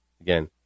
again